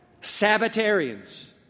Sabbatarians